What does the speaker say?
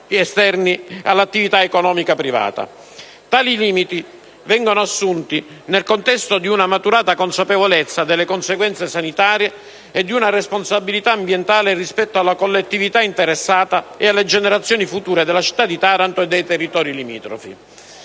esterni all'attività economica privata. Tali limiti vengono assunti nel contesto di una maturata consapevolezza delle conseguenze sanitarie e di una responsabilità ambientale rispetto alla collettività interessata ed alle generazioni future della città di Taranto e dei territori limitrofi.